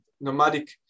nomadic